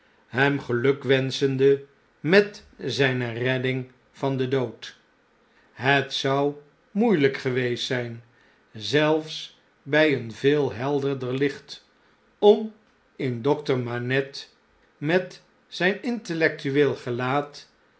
hem gelukwenschende met zpe redding van den dood het zou moeielijk geweest zp zelfs by een veel helderder licht om in dokter manette met zp intellectueel gelaat